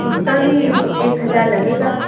उसका भी एक हजार लगेगा